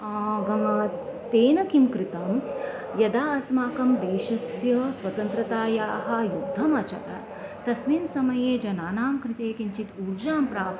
तेन किं कृतं यदा अस्माकं देशस्य स्वतन्त्रतायाः युद्धमचर तस्मिन् समये जनानां कृते किञ्चित् ऊर्जां प्राप्य